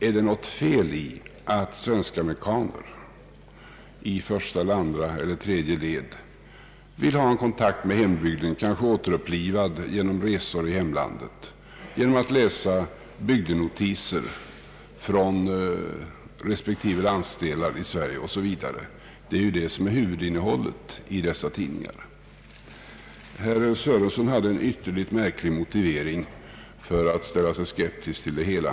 Är det något fel i att svenskamerikaner i första, andra eller tredje led vill ha kontakt med hembygden, kanske återupplivad genom resor i hemlandet, genom att läsa bygdenotiser från respektive landsdelar i Sverige 0. S. v.? Detta är ju huvudinnehållet i dessa tidningar. Herr Sörenson hade en mycket märklig motivering för att ställa sig skeptisk till det hela.